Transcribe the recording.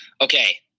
Okay